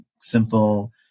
simple